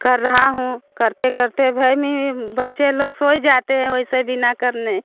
कर रहा हूँ करते करते घर में बच्चे लोग सो जाते हैं वैसे बिना करने